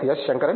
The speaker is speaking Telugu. professor S